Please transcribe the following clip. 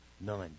None